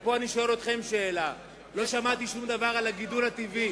ופה אני שואל אתכם שאלה: לא שמעתי שום דבר על הגידול הטבעי.